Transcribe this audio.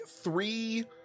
three